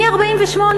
מ-1948,